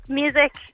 music